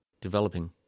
developing